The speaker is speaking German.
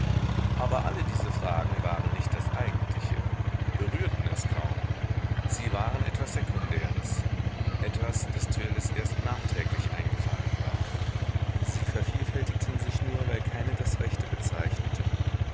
aber alle diese fragen waren nicht das eigentliche berührten es kaum sie waren etwas sekundäres etwas das törleß erst nachträglich eingefallen war sie vervielfältigten sich nur weil keine das rechte bezeichnete